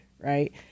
Right